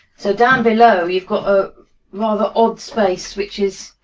so, down below you've got a rather odd space which is,